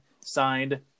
signed